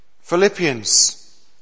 Philippians